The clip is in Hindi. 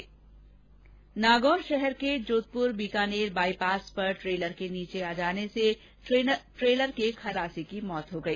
्नागौर शहर के जोधपुर बीकानेर बाईपास पर ट्रेलर के नीचे आ जाने से ट्रेलर के खलासी की मौत हो गई